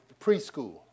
preschool